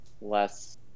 less